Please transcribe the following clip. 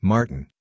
Martin